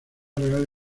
real